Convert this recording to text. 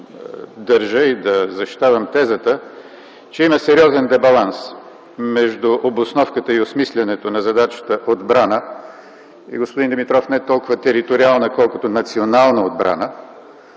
държа и да защитавам тезата, че има сериозен дебаланс между обосновката и осмислянето на задачата „Отбрана” и, господин Димитров, не толкова териториална, колкото национална отбрана,